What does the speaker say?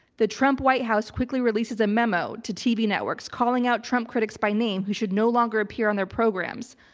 the trump white house quickly releases a memo to tv networks calling out trump critics by name who should no longer appear on their programs.